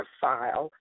file